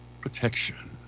protection